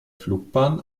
flugbahn